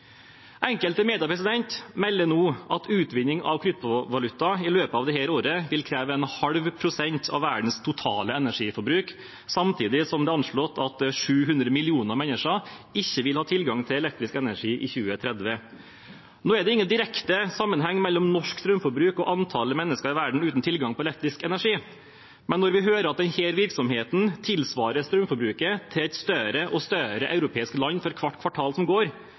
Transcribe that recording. Enkelte medier melder nå at utvinning av kryptovaluta i løpet av dette året vil kreve en halv prosent av verdens totale energiforbruk, samtidig som det er anslått at 700 millioner mennesker ikke vil ha tilgang til elektrisk energi i 2030. Nå er det ingen direkte sammenheng mellom norsk strømforbruk og antallet mennesker i verden uten tilgang på elektrisk energi, men når vi hører at denne virksomheten tilsvarer strømforbruket til et større og større europeisk land for hvert kvartal som går,